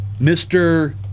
Mr